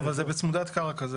אבל זה בצמודת קרקע.